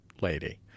lady